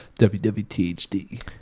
WWTHD